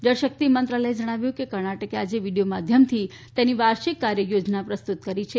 જળશક્તિ મંત્રાલયે જણાવ્યું કે કર્ણાટકે આજે વિડિયો માધ્યમથી તેની વાર્ષિક કાર્ય યોજના પ્રસ્તુત કરી છે